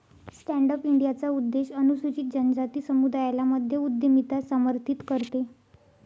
stand up इंडियाचा उद्देश अनुसूचित जनजाति समुदायाला मध्य उद्यमिता समर्थित करते